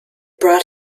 brought